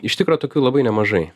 iš tikro tokių labai nemažai